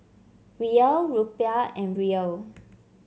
Riel Rupiah and Riel